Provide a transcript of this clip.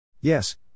Yes